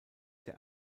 der